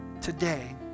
today